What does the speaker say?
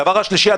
דבר שלישי,